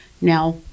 Now